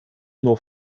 nur